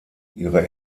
ihre